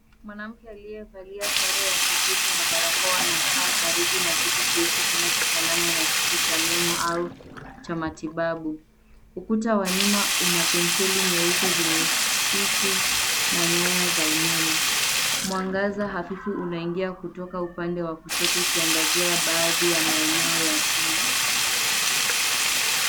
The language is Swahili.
Mwanaume aliyevalia sare ya kijivu na barakoa amekaa karibu na kiti cha usiku kinachofanana na kiti cha meno au cha matibabu. Ukuta wa nyuma una paneli nyeupe zenye swichi na nyaya za umeme. Mwangaza hafifu unaingia kutoka upande wa kushoto ukiangazia baadhi ya maeneo ya chumba.